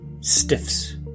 stiffs